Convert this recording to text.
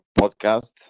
podcast